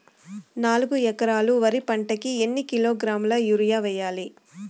నాలుగు ఎకరాలు వరి పంటకి ఎన్ని కిలోగ్రాముల యూరియ వేయాలి?